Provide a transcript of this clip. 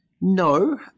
no